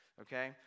Okay